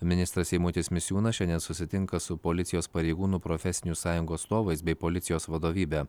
ministras eimutis misiūnas šiandien susitinka su policijos pareigūnų profesinių sąjungų atstovais bei policijos vadovybe